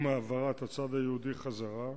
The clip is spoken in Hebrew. עם ההעברה לצד היהודי חזרה,